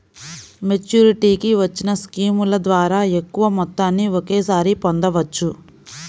మెచ్యూరిటీకి వచ్చిన స్కీముల ద్వారా ఎక్కువ మొత్తాన్ని ఒకేసారి పొందవచ్చు